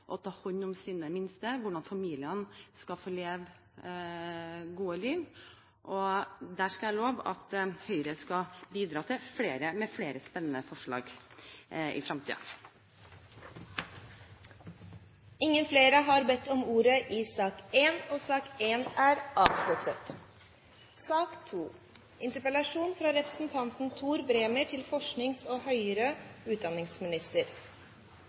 ta hånd om sine minste, for at familiene skal få leve et godt liv. Der skal jeg love at Høyre skal bidra med flere spennende forslag i fremtiden. Flere har ikke bedt om ordet til sak nr. 1. Eg vil tru at det framleis er